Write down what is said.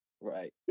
Right